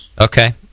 Okay